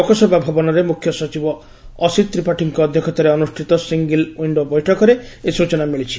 ଲୋକସେବା ଭବନରେ ମୁଖ୍ୟ ସଚିବ ଅସୀତ ତ୍ରିପାଠୀଙ୍କ ଅଧ୍ଧକ୍ଷତାରେ ଅନୁଷ୍ଠିତ ସିଙ୍ଗଲ୍ ଓ୍ୱନ୍ ବୈଠକରେ ଏହି ସୂଚନା ମିଳିଛି